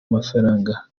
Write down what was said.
amafaranga